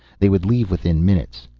they would leave within minutes.